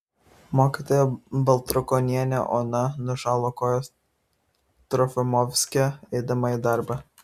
mokytoja baltrukonienė ona nušalo kojas trofimovske eidama į darbą